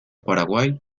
paraguay